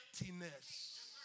emptiness